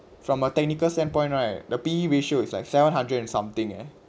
from a technical standpoint right the P_E ratio is like seven hundred and something eh